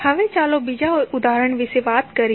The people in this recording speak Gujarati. હવે ચાલો બીજા ઉદાહરણ વિશે વાત કરીએ